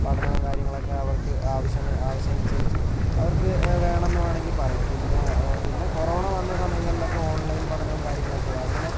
പഠനവും കാര്യങ്ങളൊക്കെ അവർക്ക് ആവശ്യമായി ആവശ്യമനുസരിച്ച് അവർക്ക് വേണമെന്ന് വേണമെങ്കിൽ പറയാം പിന്നെ പിന്നെ കൊറോണ വന്ന സമയങ്ങളില് ഒക്കെ ഓൺലൈൻ പഠനവും കാര്യങ്ങളൊക്കെ ആയി അങ്ങനെ